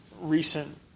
recent